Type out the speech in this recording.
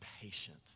patient